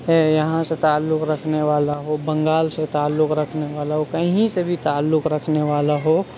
یہاں سے تعلق رکھنے والا ہو بنگال سے تعلق رکھنے والا ہو کہیں سے بھی تعلق رکھنے والا ہو